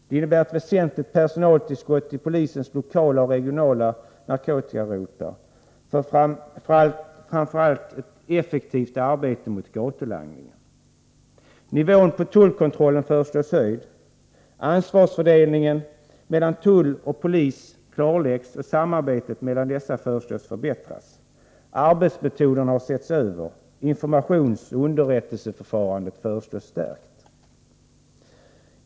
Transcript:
Det innebär ett väsenligt personaltillskott till polisens lokala och regionala narkotikarotlar för framför allt ett effektivt arbete mot gatulangningen. Nivån på tullkontrollen föreslås höjd. Ansvarsfördelningen mellan tull och polis klarläggs, och samarbetet mellan dessa föreslås förbättras. Arbetsmetoderna har setts över, informationsoch underrättelseförfarandet föreslås stärkas.